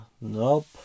Nope